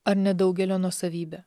ar nedaugelio nuosavybe